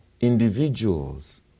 individuals